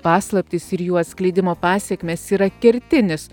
paslaptys ir jų atskleidimo pasekmės yra kertinis